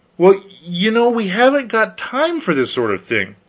well, you know we haven't got time for this sort of thing.